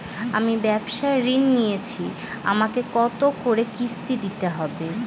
আমি ব্যবসার ঋণ নিয়েছি আমাকে কত করে কিস্তি দিতে হবে?